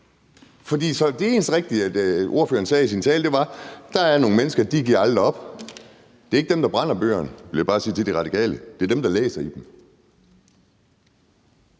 Så det eneste rigtige, ordføreren sagde i sin tale, var, at der er nogle mennesker, og de giver aldrig op. Det er ikke dem, der brænder bøgerne, vil jeg bare sige til Radikale – det er dem, der læser i dem.